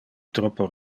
troppo